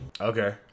Okay